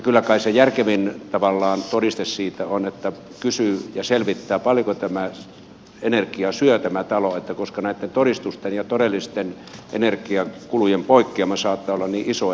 kyllä kai se järkevin tavallaan todiste siitä on että kysyy ja selvittää paljonko tämä talo syö energiaa koska näitten todistusten ja todellisten energiakulujen poikkeama saattaa olla niin iso